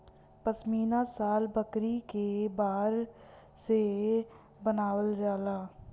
पश्मीना शाल बकरी के बार से बनावल जाला